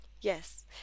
Yes